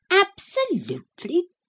Absolutely